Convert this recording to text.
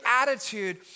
attitude